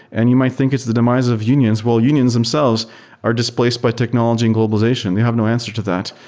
and you might think it's the demise of unions. well, unions themselves are displaced by technology and globalization. they have no answer to that.